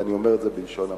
ואני אומר את זה בלשון המעטה.